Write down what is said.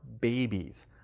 babies